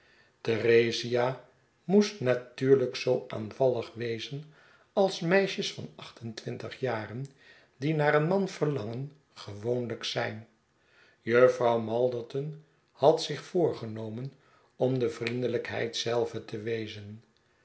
theresa moest natuurlijk zoo aanvallig wezen als meisjes van acht en twintig jaren die naar een man verlangen gewoonlijk zijn jufvrouw malderton had zich voorgenomen om de vriendelijkheid zelve te wezen